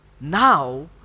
now